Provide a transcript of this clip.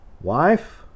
Wife